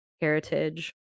heritage